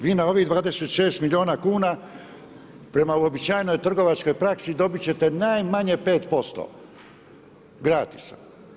Vi na ovih 26 milijuna kuna, prema uobičajenoj trgovačkoj praksi, dobiti ćete najmanje 5% gratisa.